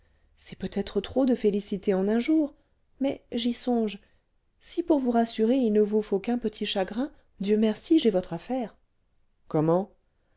c'est peut-être trop de félicité en un jour mais j'y songe si pour vous rassurer il ne vous faut qu'un petit chagrin dieu merci j'ai votre affaire comment